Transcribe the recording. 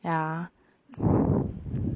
ya